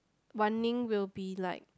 running will be like